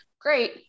great